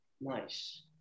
Nice